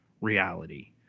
reality